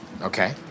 Okay